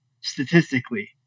statistically